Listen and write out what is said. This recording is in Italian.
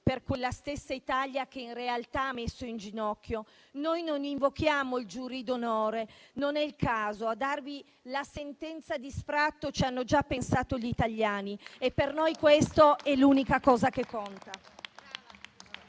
per quella stessa Italia che in realtà ha messo in ginocchio, noi non invochiamo il giurì d'onore, non è il caso: a darvi la sentenza di sfratto ci hanno già pensato gli italiani e per noi questa è l'unica cosa che conta.